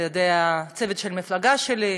על-ידי הצוות של המפלגה שלי,